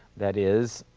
that is,